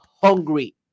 hungry